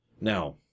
Now